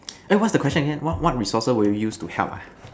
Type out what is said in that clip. eh what's the question again what what resources you will use to help ah